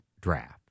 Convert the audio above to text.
draft